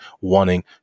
wanting